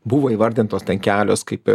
buvo įvardintos ten kelios kaip